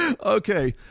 Okay